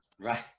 Right